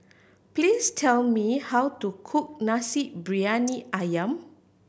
please tell me how to cook Nasi Briyani Ayam